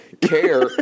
care